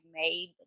made